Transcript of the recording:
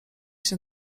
się